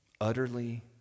utterly